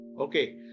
Okay